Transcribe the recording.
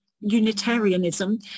Unitarianism